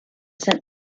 sent